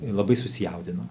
labai susijaudino